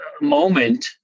moment